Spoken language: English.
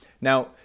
Now